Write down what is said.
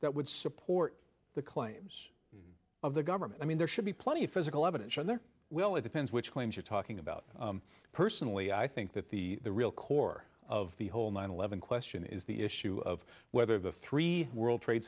that would support the claims of the government i mean there should be plenty of physical evidence and there well it depends which claims you're talking about personally i think that the real core of the whole nine eleven question is the issue of whether the three world trade